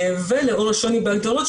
ולאור השוני בהגדרות,